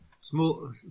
Small